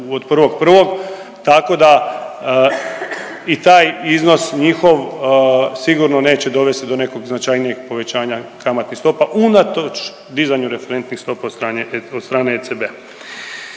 na 1% od 1.1. tako da i taj iznos njihov sigurno neće dovesti do nekog značajnijeg povećanja kamatnih stopa unatoč dizanju referentnih stopa od strane ECB-a.